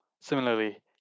Similarly